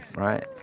right.